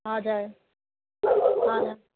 हजुर हजुर